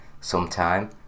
sometime